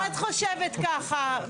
גם את חושבת ככה.